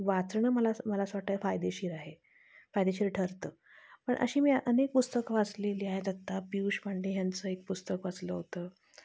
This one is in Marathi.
वाचणं मला मला असं वाटतं आहे फायदेशीर आहे फायदेशीर ठरतं पण अशी मी अनेक पुस्तकं वाचलेली आहेत आत्ता पियुष पांडे यांचं एक पुस्तक वाचलं होतं